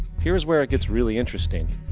here is where it gets really interesting.